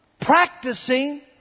practicing